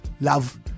love